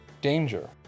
danger